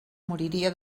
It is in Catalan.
moriria